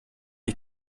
ich